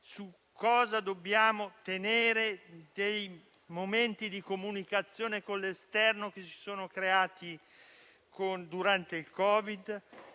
che cosa dobbiamo tenere dei momenti di comunicazione con l'esterno che si sono creati durante